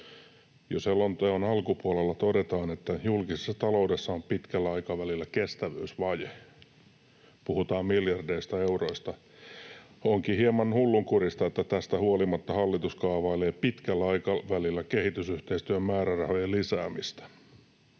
Jo selonteon alkupuolella todetaan, että julkisessa taloudessa on pitkällä aikavälillä kestävyysvaje: puhutaan miljardeista euroista. Onkin hieman hullunkurista, että tästä huolimatta hallitus kaavailee pitkällä aikavälillä kehitysyhteistyömäärärahojen lisäämistä.